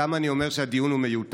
למה אני אומר שהדיון מיותר?